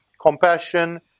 Compassion